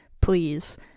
please